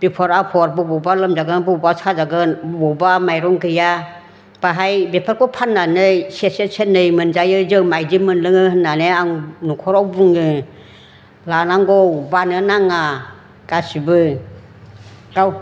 बिफद आफद बबावबा लोमजागोन बबावबा साजागोन बबावबा माइरं गैया बाहाय बेफोरखौ फाननानै सेरसे सेरनै मोनजायो जों माइदि मोनलोङो होननानै आं न'खराव बुङो लानांगौ बानो नाङा गासैबो गाव